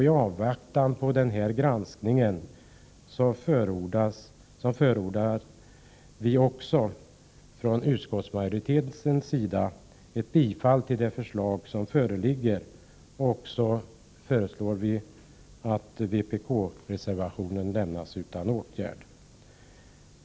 I avvaktan på denna granskning förordar också utskottsmajoriteten bifall till det föreliggande förslaget och föreslår således att vpk-reservationen lämnas utan åtgärd.